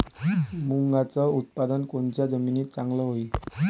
मुंगाचं उत्पादन कोनच्या जमीनीत चांगलं होईन?